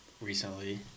recently